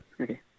Okay